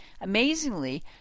Amazingly